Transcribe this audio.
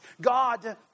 God